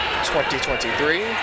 2023